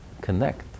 connect